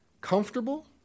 Comfortable